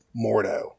Mordo